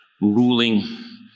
ruling